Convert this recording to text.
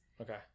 Okay